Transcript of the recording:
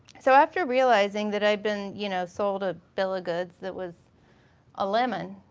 so after realizing that i'd been you know sold a bill of goods that was a lemon,